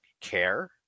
care